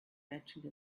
mentioned